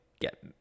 get